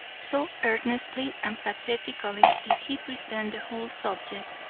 so earnestly and pathetically did he present the whole subject,